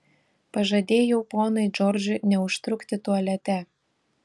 pažadėjau ponui džordžui neužtrukti tualete